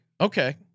Okay